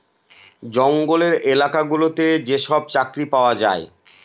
জঙ্গলের এলাকা গুলোতে যেসব চাকরি পাওয়া যায়